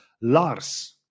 Lars